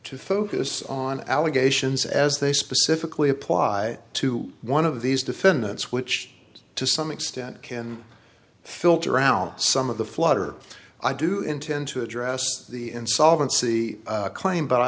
to focus on allegations as they specifically apply to one of these defendants which to some extent can filter around some of the flood or i do intend to address the insolvency claim but i